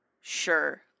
Sure